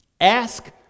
Ask